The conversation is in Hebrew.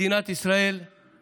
מדינת ישראל היא